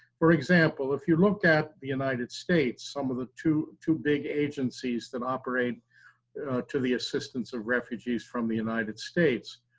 for example, if you look at the united states, some of the two two big agencies that operate to the assistance of refugees, from the united states,